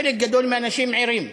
חלק גדול מהאנשים ערים.